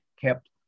kept